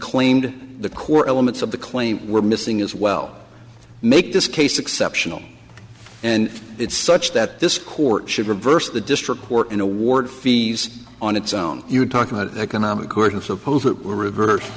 claimed the core elements of the claim were missing as well make this case exceptional and it's such that this court should reverse the district court in award fees on its own you talk about economic order suppose it were reverse